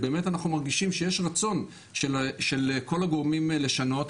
באמת אנחנו מרגישים שיש רצון של כל הגורמים לשנות,